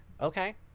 Okay